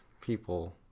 people